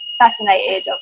fascinated